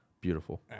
Beautiful